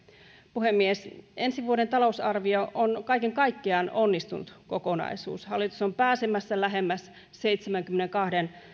puhemies ensi vuoden talousarvio on kaiken kaikkiaan onnistunut kokonaisuus hallitus on pääsemässä lähemmäs seitsemänkymmenenkahden